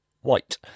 White